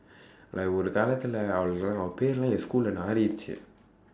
like ஒரு காலத்துல அவ பேருலா என்:oru kaalaththula ava peerulaa en schoolae நாரிடுச்சு:naariduchsu